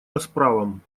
расправам